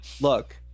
look